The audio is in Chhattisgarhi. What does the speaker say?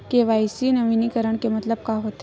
के.वाई.सी नवीनीकरण के मतलब का होथे?